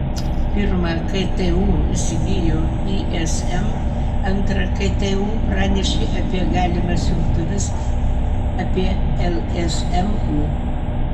pirma ktu įsigijo ism antra ktu pranešė apie galimas jungtuves apie lsmu